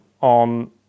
on